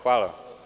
Hvala.